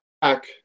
back